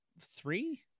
three